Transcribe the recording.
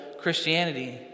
Christianity